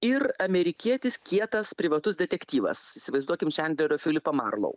ir amerikietis kietas privatus detektyvas įsivaizduokim čandlerio filipą marlou